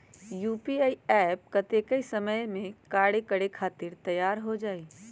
UPI app कतेइक समय मे कार्य करे खातीर तैयार हो जाई?